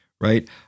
right